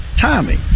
timing